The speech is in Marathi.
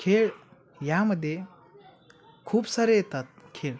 खेळ यामध्ये खूप सारे येतात खेळ